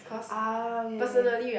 uh okay okay